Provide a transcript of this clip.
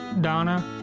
Donna